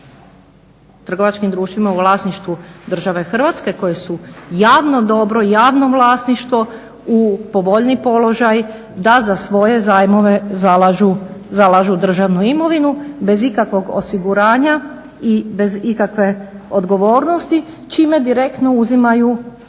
trgovačkim društvima u vlasništvu države Hrvatske koje su javno dobro i javno vlasništvo u povoljniji položaj da za svoje zajmove zalažu državnu imovinu bez ikakvog osiguranja i bez ikakve odgovornosti čime direktno uzimaju